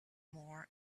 more